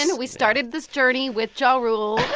and we started this journey with ja rule.